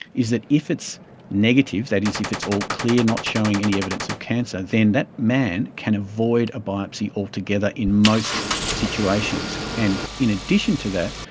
is that if it's negative, that is if it's all clear, not showing any evidence of cancer, then that man can avoid a biopsy altogether in most situations. and in addition to that,